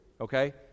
Okay